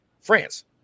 France